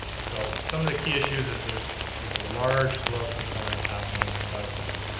so, some of the key issues is there's there's a large growth component happening in the south end.